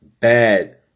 Bad